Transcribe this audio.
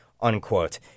unquote